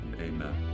Amen